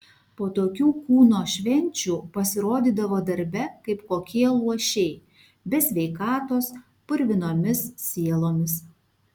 po tokių kūno švenčių pasirodydavo darbe kaip kokie luošiai be sveikatos purvinomis sielomis